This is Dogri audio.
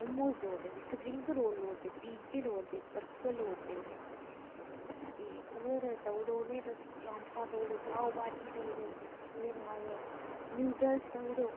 मोमोस लोड़दे उनेंई सपरिंग रोल लोड़दे पिज्जे लोड़दे बर्गर लोड़दे उनें अते होर देउड़ो उनें तुस चाम्पा देउड़ो पाउभाजी देउड़ो ओह्दे बाद न्युडल्स देउड़ो